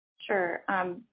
Sure